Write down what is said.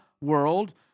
world